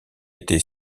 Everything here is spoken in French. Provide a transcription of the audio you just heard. été